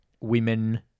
women